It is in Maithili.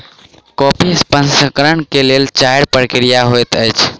कॉफ़ी प्रसंस्करण के लेल चाइर प्रक्रिया होइत अछि